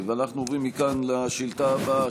אנחנו עוברים מכאן לשאילתה הבאה,